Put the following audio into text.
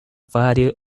value